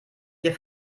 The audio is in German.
hier